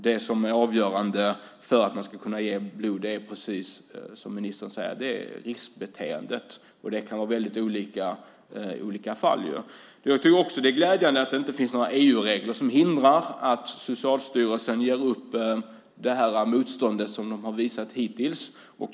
Det som är avgörande för att man ska kunna ge blod är, precis som ministern säger, riskbeteendet, och det kan vara väldigt olika i olika fall. Jag tycker också att det är glädjande att det inte finns några EU-regler som hindrar att Socialstyrelsen ger upp det motstånd man hittills har visat.